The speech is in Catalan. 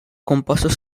compostos